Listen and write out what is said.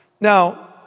Now